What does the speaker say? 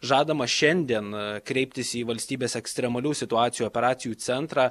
žadama šiandien kreiptis į valstybės ekstremalių situacijų operacijų centrą